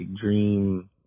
dream